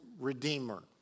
redeemer